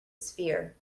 sphere